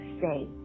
say